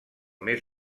mes